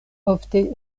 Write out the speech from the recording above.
ofte